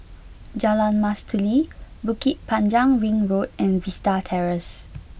Jalan Mastuli Bukit Panjang Ring Road and Vista Terrace